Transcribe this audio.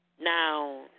Now